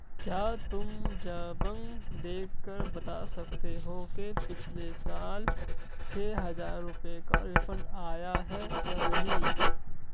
کیا تم جابنگ دیکھ کر بتا سکتے ہو کہ پچھلے سال چھ ہزار روپئے کا ریفنڈ آیا ہے یا نہیں